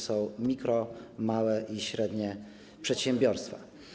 stanowią mikro-, małe i średnie przedsiębiorstwa.